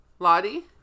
Lottie